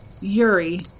Yuri